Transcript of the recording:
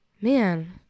man